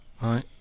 right